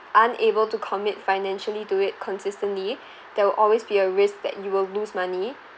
unable to commit financially to it consistently there will always be a risk that you will lose money